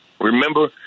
Remember